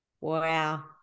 Wow